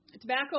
tobacco